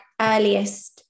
earliest